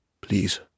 please